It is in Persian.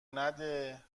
نده